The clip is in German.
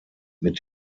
mit